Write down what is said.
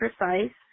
precise